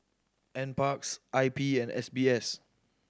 Nparks I P and S B S